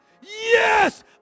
yes